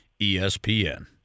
ESPN